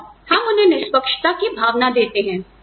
और हम उन्हें निष्पक्षता की भावना देते हैं